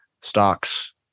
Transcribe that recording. stocks